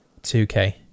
2k